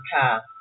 path